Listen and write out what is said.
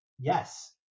yes